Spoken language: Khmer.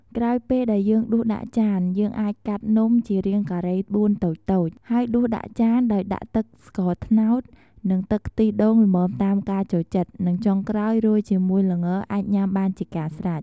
ក្រោយពេលដែលយើងដួលដាក់ចានយើងអាចកាត់នំជារាងការេ៤តូចៗ ហើយដួសដាក់ចានដោយដាក់ទឹកស្ករត្នោតនិងទឹកខ្ទះដូងល្មមតាមការចូលចិត្តនិងចុងក្រោយរោយជាមួយល្ងរអាចញុាំបានជាការស្រេច។